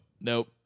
nope